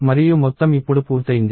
మరియు మొత్తం ఇప్పుడు పూర్తయింది